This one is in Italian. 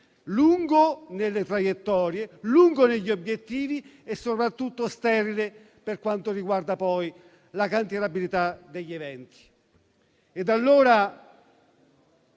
lungo nelle traiettorie e negli obiettivi e soprattutto sterile per quanto riguarda la cantierabilità degli eventi.